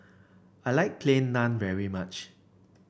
I like Plain Naan very much